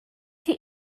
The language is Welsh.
chi